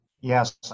Yes